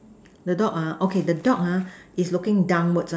the dog ah okay the dog ah is looking downwards one